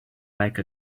like